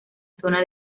zona